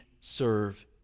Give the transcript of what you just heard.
serve